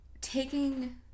Taking